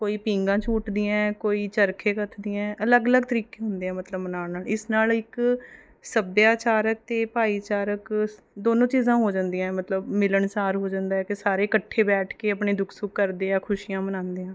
ਕੋਈ ਪੀਘਾਂ ਝੂਟਦੀਆਂ ਕੋਈ ਚਰਖੇ ਕੱਤਦੀਆਂ ਅਲੱਗ ਅਲੱਗ ਤਰੀਕੇ ਹੁੰਦੇ ਆ ਮਤਲਬ ਮਨਾਉਣ ਨਾਲ ਇਸ ਨਾਲ ਇੱਕ ਸੱਭਿਆਚਾਰਕ ਅਤੇ ਭਾਈਚਾਰਕ ਦੋਨੋਂ ਚੀਜ਼ਾਂ ਹੋ ਜਾਂਦੀਆਂ ਮਤਲਬ ਮਿਲਣਸਾਰ ਹੋ ਜਾਂਦਾ ਕਿ ਸਾਰੇ ਇਕੱਠੇ ਬੈਠ ਕੇ ਆਪਣੇ ਦੁੱਖ ਸੁੱਖ ਕਰਦੇ ਆ ਖੁਸ਼ੀਆਂ ਮਨਾਉਂਦੇ ਆ